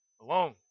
alone